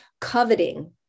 Coveting